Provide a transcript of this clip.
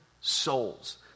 souls